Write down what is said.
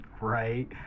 right